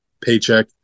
paycheck